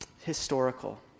Historical